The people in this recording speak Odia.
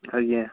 ଆଜ୍ଞା